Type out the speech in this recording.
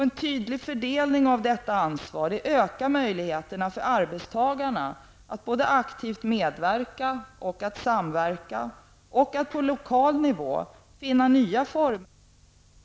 En tydlig fördelning av detta ansvar ökar möjligheterna för arbetstagarna att aktivt medverka, samverka och att på lokal nivå finna nya former för arbetsmiljö och rehabiliteringsarbetet.